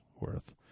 worth